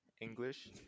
English